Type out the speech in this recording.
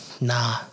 nah